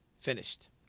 Finished